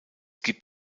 gibt